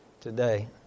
today